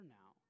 now